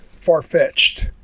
far-fetched